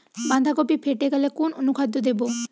বাঁধাকপি ফেটে গেলে কোন অনুখাদ্য দেবো?